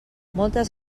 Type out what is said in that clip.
moltes